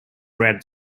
red